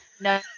no